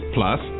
Plus